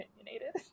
opinionated